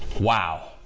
wow,